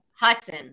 Hudson